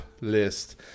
list